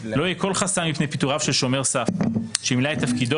לא יהיה כל חסם מפני פיטוריו של שומר סף שמילא את תפקידו